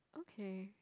okay